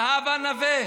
זהבה נווה,